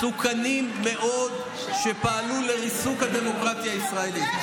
שלושה אנשים מסוכנים מאוד שפעלו לריסוק הדמוקרטיה הישראלית.